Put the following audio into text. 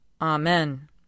Amen